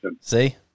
See